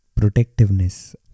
protectiveness